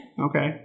okay